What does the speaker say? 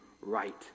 right